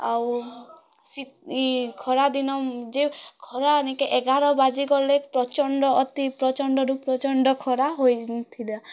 ଆଉ ଶୀତ ଖରାଦିନ ଉଁ ଯେ ଖରାନିକେ ଗାର ବାଜିଗଲେ ପ୍ରଚଣ୍ଡ ଅତି ପ୍ରଚଣ୍ଡରୁ ପ୍ରଚଣ୍ଡ ଖରା ହୋଇଯାଉଥିଲା